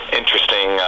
interesting